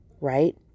right